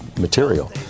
material